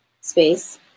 space